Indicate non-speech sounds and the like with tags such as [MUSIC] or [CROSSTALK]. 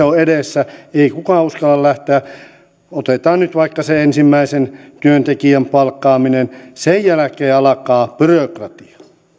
[UNINTELLIGIBLE] on edessä ei kukaan uskalla lähteä otetaan nyt vaikka se ensimmäisen työntekijän palkkaaminen sen jälkeen alkaa byrokratia